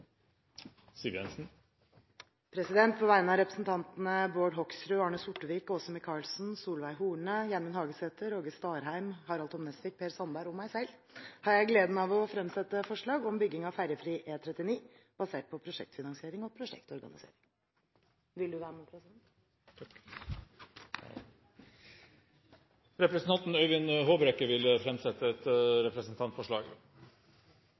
På vegne av representantene Bård Hoksrud, Arne Sortevik, Åse Michaelsen, Solveig Horne, Gjermund Hagesæter, Åge Starheim, Harald T. Nesvik, Per Sandberg og meg selv har jeg gleden av å fremsette representantforslag om bygging av ferjefri E39 basert på prosjektfinansiering og prosjektorganisering. Representanten Øyvind Håbrekke vil